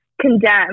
condemn